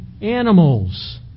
animals